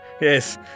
Yes